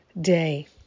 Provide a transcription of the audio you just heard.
day